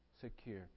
secure